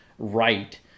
right